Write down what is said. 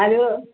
hello